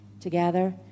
together